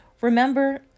remember